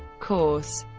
course